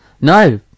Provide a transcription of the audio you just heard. No